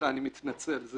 אני מתנצל.